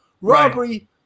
Robbery